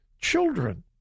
children